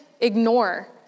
ignore